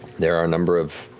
there are a number of